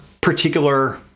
particular